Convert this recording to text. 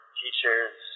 teachers